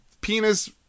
penis